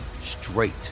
straight